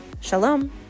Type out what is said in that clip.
shalom